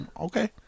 Okay